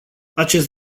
acest